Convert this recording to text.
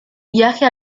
viaje